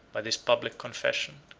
by this public confession,